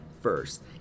first